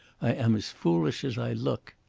i am as foolish as i look.